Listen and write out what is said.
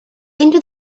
into